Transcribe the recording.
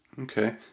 Okay